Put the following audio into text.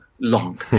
long